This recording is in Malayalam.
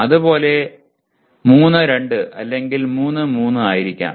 അതുപോലെ ഇത് 3 2 അല്ലെങ്കിൽ 3 3 ആയിരിക്കും